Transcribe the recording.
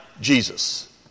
Jesus